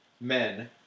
men